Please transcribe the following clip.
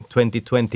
2020